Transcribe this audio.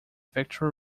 factory